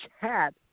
chat